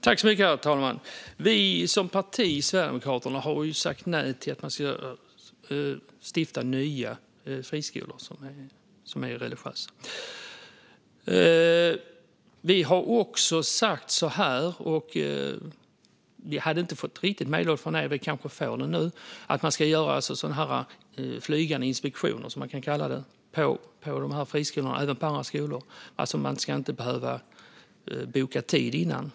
Herr talman! Vi som parti, Sverigedemokraterna, har sagt nej till att det ska kunna stiftas nya friskolor som är religiösa. Vi har också sagt att man ska göra flygande inspektioner, som det kan kallas, på de här friskolorna och andra skolor. Vi har inte riktigt fått medhåll från er, men vi kanske får det nu. Man ska alltså inte behöva boka tid innan.